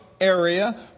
area